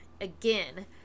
Again